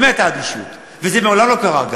ואגב, זה מעולם לא קרה.